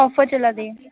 offer चला दे